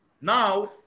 Now